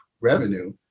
revenue